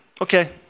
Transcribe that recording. okay